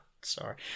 Sorry